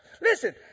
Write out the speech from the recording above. Listen